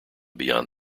beyond